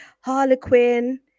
Harlequin